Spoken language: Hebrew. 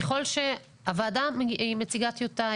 ככל שהוועדה היא מציגה טיוטה.